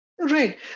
Right